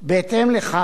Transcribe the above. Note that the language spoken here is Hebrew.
בהתאם לכך,